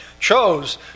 chose